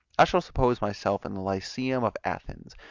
i shall suppose myself in the lyceum of athens,